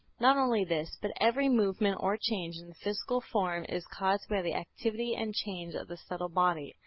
not only this, but every movement or change in the physical form is caused by the activity and change of the subtle body.